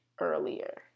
earlier